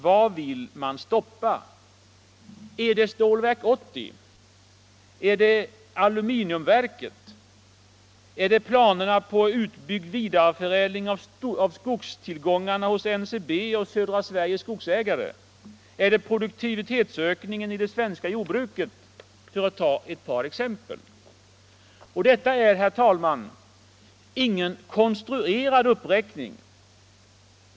Vad vill man stoppa? Är det Stålverk 80, aluminiumverket i Sundsvall, planerna på utbyggd vidareförädling av skogstillgångarna hos NCB och Södra Sveriges skogsägare eller är det produktivitetsökningen i det svenska jordbruket. Detta är ingen konstruerad uppräkning.